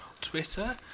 Twitter